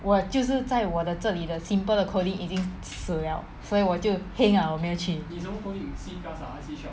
我就是在我的这里的 simple 的 coding 已经死了所以我就 heng ah 我没有去